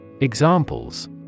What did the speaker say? Examples